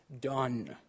done